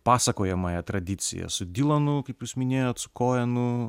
pasakojamąja tradicija su dylanu kaip jūs minėjot su koenu